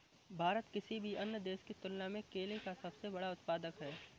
भारत किसी भी अन्य देश की तुलना में केले का सबसे बड़ा उत्पादक है